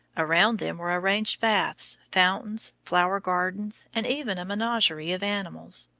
around them were arranged baths, fountains, flower-gardens, and even a menagerie of animals.